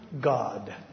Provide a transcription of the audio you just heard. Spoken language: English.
God